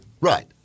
Right